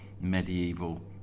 medieval